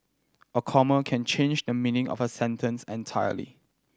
a comma can change the meaning of a sentence entirely